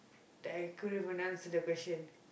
that I couldn't pronounce the question